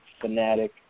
fanatic